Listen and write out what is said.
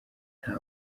nta